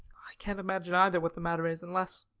i can't imagine either what the matter is, unless